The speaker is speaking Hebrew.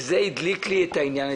וזה הדליק לי את העניין.